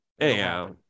anyhow